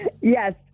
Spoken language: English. Yes